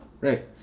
right